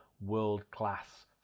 world-class